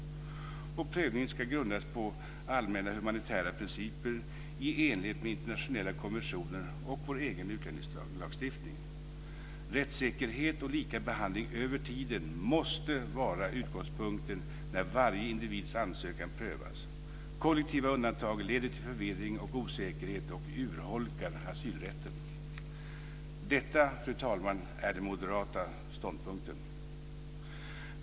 Denna prövning ska grundas på allmänna humanitära principer i enlighet med internationella konventioner och vår egen utlänningslagstiftning. Rättssäkerhet och likabehandling över tiden måste vara utgångspunkten när varje individs ansökan prövas. Kollektiva undantag leder till förvirring och osäkerhet samtidigt som det urholkar asylrätten. Detta, fru talman, är den moderata ståndpunkten.